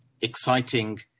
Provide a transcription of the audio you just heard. exciting